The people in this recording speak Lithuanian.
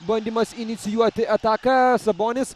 bandymas inicijuoti ataką sabonis